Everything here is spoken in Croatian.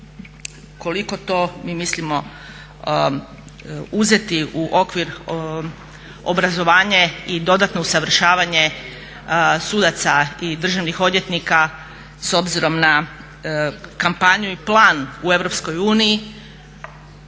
koliko to mi mislimo uzeti u okvir obrazovanje i dodatno usavršavanje sudaca i državnih odvjetnika s obzirom na kampanju i plan u